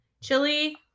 Chili